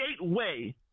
gateway